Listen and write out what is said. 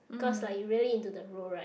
because like you really into the role right